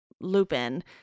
Lupin